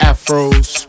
Afros